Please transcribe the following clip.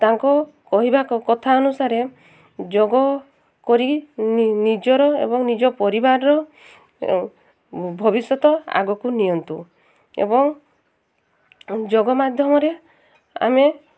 ତାଙ୍କ କହିବା କଥା ଅନୁସାରେ ଯୋଗ କରି ନିଜର ଏବଂ ନିଜ ପରିବାରର ଭବିଷ୍ୟତ ଆଗକୁ ନିଅନ୍ତୁ ଏବଂ ଯୋଗ ମାଧ୍ୟମରେ ଆମେ